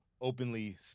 openly